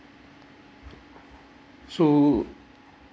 so